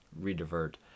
re-divert